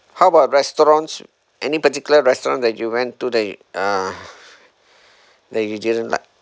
how about restaurants any particular restaurant that you went to that uh that you didn't like